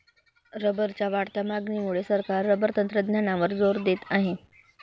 रबरच्या वाढत्या मागणीमुळे सरकार रबर तंत्रज्ञानावर जोर देत आहे